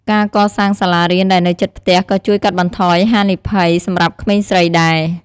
ការកសាងសាលារៀនដែលនៅជិតផ្ទះក៏ជួយកាត់បន្ថយហានិភ័យសម្រាប់ក្មេងស្រីដែរ។